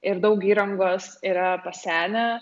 ir daug įrangos yra pasenę